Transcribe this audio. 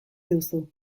duzu